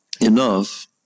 enough